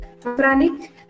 pranic